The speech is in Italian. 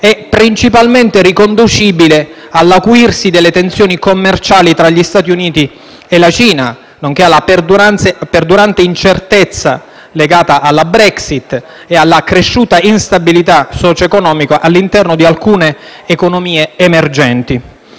è principalmente riconducibile all'acuirsi delle tensioni commerciali tra gli Stati Uniti e la Cina, alla perdurante incertezza legata alla Brexit, all'accresciuta instabilità socio-economica all'interno di alcune economie emergenti;